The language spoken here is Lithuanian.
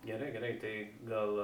gerai gerai tai gal